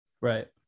Right